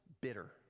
bitter